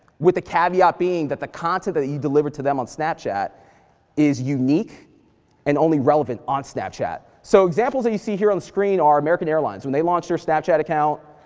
with the caveat being that the content that you deliver to them on snapchat is unique and only relevant on snapchat. so examples that you see here on the screen are american airlines. when they launched their snapchat account,